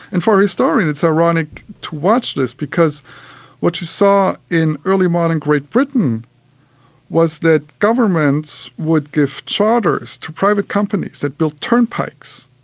and for an historian it's ironic to watch this, because what you saw in early modern great britain was that governments would give charters to private companies that built turnpikes,